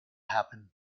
happen